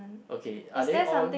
okay are they all